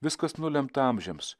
viskas nulemta amžiams